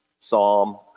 Psalm